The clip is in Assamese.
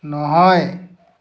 নহয়